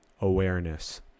awareness